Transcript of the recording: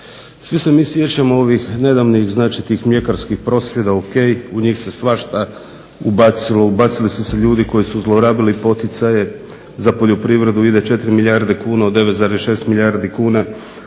Svi se mi sjećamo ovih nedavnih značitih mljekarskih prosvjeda ok, u njih se svašta ubacilo, ubacili su se ljudi koji su zlorabili poticaje za poljoprivredu ide 4 milijarde kuna od 9,6 milijardi kuna